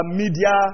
media